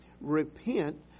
Repent